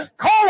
Call